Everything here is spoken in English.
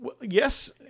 Yes